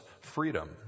freedom